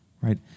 Right